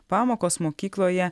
pamokos mokykloje